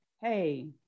hey